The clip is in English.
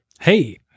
Hey